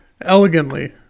Elegantly